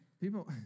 People